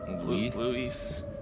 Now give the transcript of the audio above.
Louis